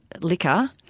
liquor